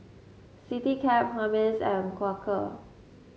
Citycab Hermes and Quaker